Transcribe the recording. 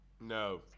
No